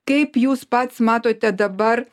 kaip jūs pats matote dabar